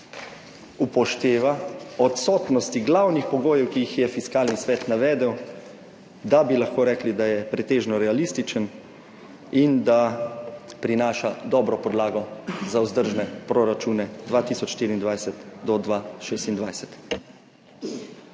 upošteva odsotnosti glavnih pogojev, ki jih je Fiskalni svet navedel, da bi lahko rekli, da je pretežno realističen in da prinaša dobro podlago za vzdržne proračune 2024 do 2026.